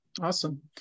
Awesome